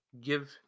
Give